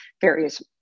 various